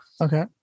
Okay